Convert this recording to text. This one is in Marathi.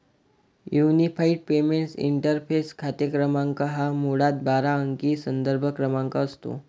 युनिफाइड पेमेंट्स इंटरफेस खाते क्रमांक हा मुळात बारा अंकी संदर्भ क्रमांक असतो